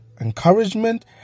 encouragement